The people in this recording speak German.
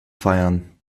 feiern